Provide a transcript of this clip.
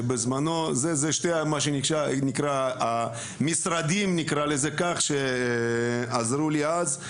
שבזמנו זה מה שנקרא שני המשרדים שעזרו לי אז,